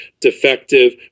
defective